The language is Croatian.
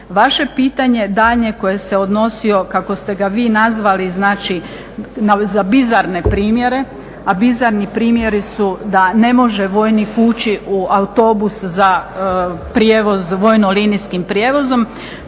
Vaše pitanje daljnje koje se odnosi, kako ste ga vi nazvali znači za bizarne primjere, a bizarni primjeri su da ne može vojnik ući u autobus za prijevoz vojno-linijskim prijevozom.